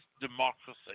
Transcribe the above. democracy